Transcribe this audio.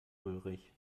ulrich